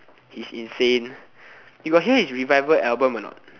it's insane you got hear his revival album or not